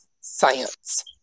science